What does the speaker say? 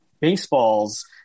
baseballs